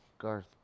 Garth